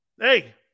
Hey